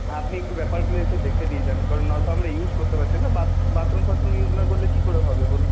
আপনি একটু ব্যাপারগুলো এসে দেখে দিয়ে যান কারণ নয়তো আমরা ইউজ করতে পারছি না না বাথরুম ফাথরুম ইউজ না করলে কি করে হবে বলুন